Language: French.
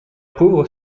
pauvre